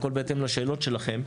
הכול בהתאם לשאלות שלכם,